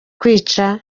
kwica